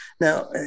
now